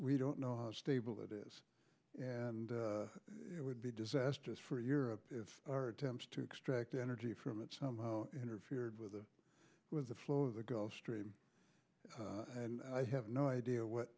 we don't know how stable it is and it would be disastrous for europe if our attempts to extract energy from it somehow interfered with the with the flow of the gulf stream and i have no idea what